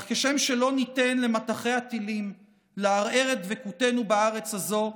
אך כשם שלא ניתן למטחי הטילים לערער את דבקותנו בארץ הזאת,